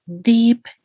deep